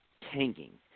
Tanking